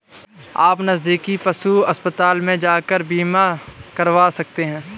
आप नज़दीकी पशु अस्पताल में जाकर बीमा करवा सकते है